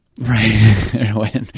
right